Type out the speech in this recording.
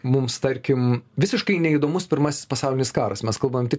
mums tarkim visiškai neįdomus pirmasis pasaulinis karas mes kalbam tik